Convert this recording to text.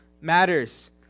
matters